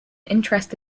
interest